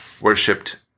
worshipped